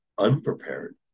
unprepared